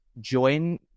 join